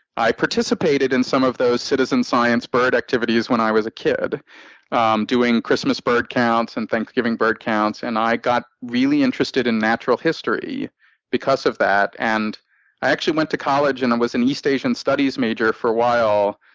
i participated in some of those citizen science bird activities when i was a kid um doing christmas bird counts and thanksgiving bird counts. and i got really interested in natural history because of that. and i went to college and was an east asian studies major for a while,